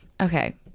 Okay